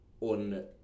on